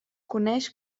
coneix